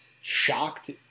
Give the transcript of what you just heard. shocked